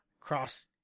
cross